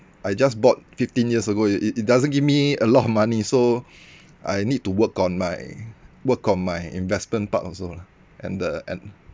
I just bought fifteen years ago it it it doesn't give me a lot of money so I need to work on my work on my investment part also lah and the and